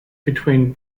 between